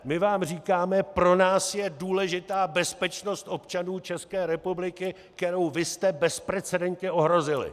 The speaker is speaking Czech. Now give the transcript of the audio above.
My vám říkáme, pro nás je důležitá bezpečnost občanů České republiky, kterou vy jste bezprecedentně ohrozili!